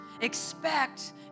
expect